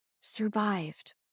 survived